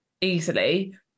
easily